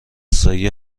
سایه